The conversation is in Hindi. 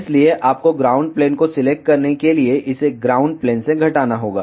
इसलिए आपको ग्राउंड प्लेन को सिलेक्ट करने के लिए इसे ग्राउंड प्लेन से घटाना होगा